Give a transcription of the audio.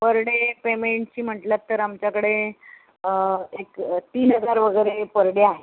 पर day पेमेंटचं म्हंटलंत तर आमच्याकडे एक तीन हजार वगैरे पर डे आहे